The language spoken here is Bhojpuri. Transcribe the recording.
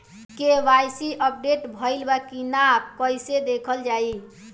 के.वाइ.सी अपडेट भइल बा कि ना कइसे देखल जाइ?